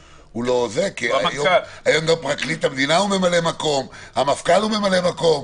היום גם פרקליט המדינה הוא ממלא מקום והמפכ"ל הוא ממלא מקום.